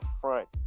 front